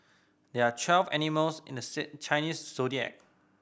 there are twelve animals in the Chinese Zodiac